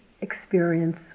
experience